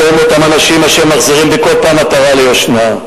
אתם אותם אנשים אשר מחזירים בכל פעם עטרה ליושנה.